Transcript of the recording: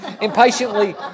impatiently